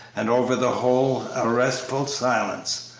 and over the whole a restful silence,